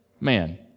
man